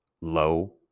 low